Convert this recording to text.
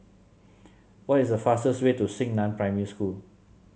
what is the fastest way to Xingnan Primary School